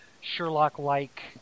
Sherlock-like